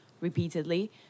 repeatedly